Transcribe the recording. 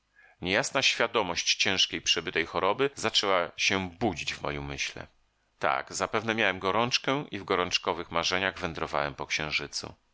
niejasna świadomość ciężkiej przebytej choroby zaczęła się budzić w moim umyśle tak zapewne miałem gorączkę i w gorączkowych marzeniach wędrowałem po księżycu